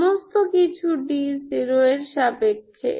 সমস্ত কিছু d0 এর সাপেক্ষে